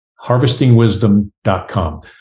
Harvestingwisdom.com